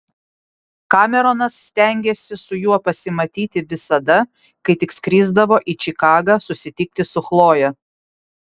kameronas stengėsi su juo pasimatyti visada kai tik skrisdavo į čikagą susitikti su chloje